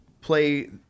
play